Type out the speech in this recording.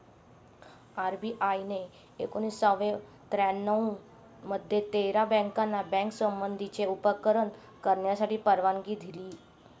RBI ने एकोणावीसशे त्र्यानऊ मध्ये तेरा बँकाना बँक संबंधीचे उपक्रम करण्यासाठी परवानगी दिली